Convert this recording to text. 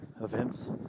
events